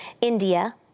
India